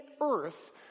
earth